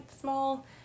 small